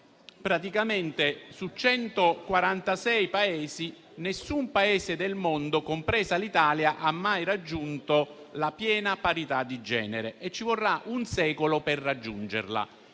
Ebbene, su 146 Paesi, nessun Paese del mondo, compresa l'Italia, ha mai raggiunto la piena parità di genere e ci vorrà un secolo per raggiungerla.